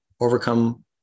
Overcome